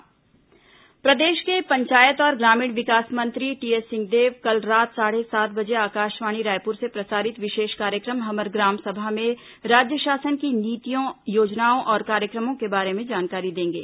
हमर ग्राम सभा प्रदेश के पंचायत और ग्रामीण विकास मंत्री टीएस सिंहदेव कल रात साढ़े सात बजे आकाशवाणी रायपुर से प्रसारित विशेष कार्यक्रम हमर ग्राम सभा में राज्य शासन की नीतियों योजनाओं और कार्यक्रमों के बारे में जानकारी देंगे